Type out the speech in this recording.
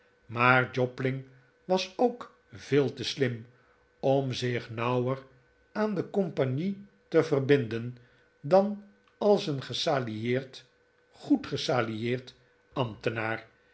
maar jobling was ook veel te slim om zich nauwer aan de compagnie te verbinden dan als een gesalarieerd goed gesalarieerd ambtenaar